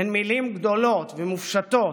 הן מילים גדולות ומופשטות